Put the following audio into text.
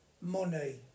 money